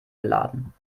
beladen